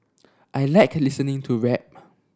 I like listening to rap